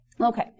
okay